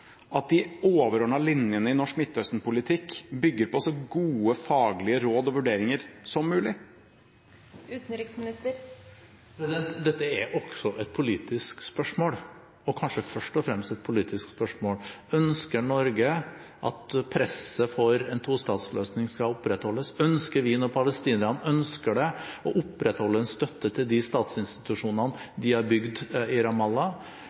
at de overordnede linjene i norsk Midtøsten-politikk bygger på så gode faglige råd og vurderinger som mulig? Dette er også et politisk spørsmål, og kanskje først og fremst et politisk spørsmål: Ønsker Norge at presset for en tostatsløsning skal opprettholdes? Ønsker vi når palestinerne ønsker det, å opprettholde en støtte til de statsinstitusjonene de har bygd i